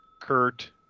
Kurt